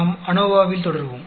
நாம் அநோவாவில் தொடருவோம்